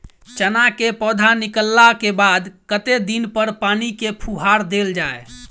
चना केँ पौधा निकलला केँ बाद कत्ते दिन पर पानि केँ फुहार देल जाएँ?